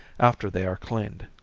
after they are cleaned.